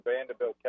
Vanderbilt